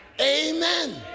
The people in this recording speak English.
Amen